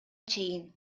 чейин